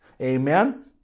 Amen